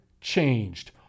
changed